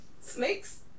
Snakes